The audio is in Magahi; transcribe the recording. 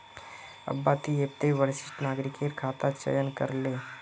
अब्बा ती ऐपत वरिष्ठ नागरिकेर खाता चयन करे ले